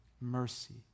mercy